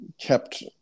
kept